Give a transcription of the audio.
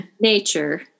Nature